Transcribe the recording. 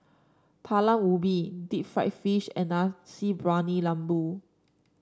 Talam Ubi Deep Fried Fish and Nasi Briyani Lembu